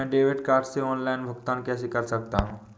मैं debit card से online भुगतान कैसे कर सकता हूँ?